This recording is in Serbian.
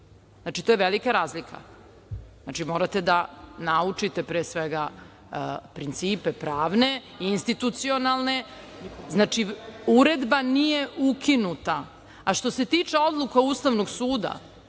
znači to je velika razlika. Znači, morate da naučite pre svega principe pravne i institucionalne. Znači, Uredba nije ukinuta. Što se tiče odluka Ustavnog suda,